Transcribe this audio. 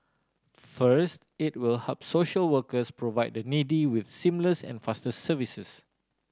first it will help social workers provide the needy with seamless and faster services